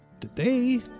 Today